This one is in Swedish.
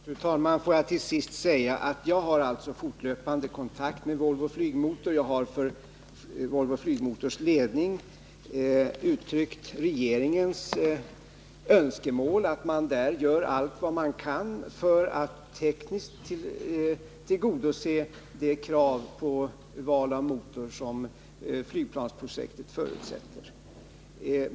Fru talman! Får jag till sist säga att jag har fortlöpande kontakt med Volvo Flygmotor. Jag har för Volvo Flygmotors ledning uttryckt regeringens önskemål om att man där gör allt vad man kan för att tekniskt tillgodose de krav på val av motor som flygplansprojektet förutsätter.